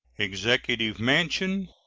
executive mansion,